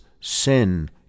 sin